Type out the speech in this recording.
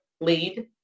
lead